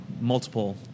multiple